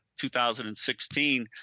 2016